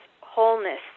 wholeness